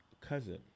cousin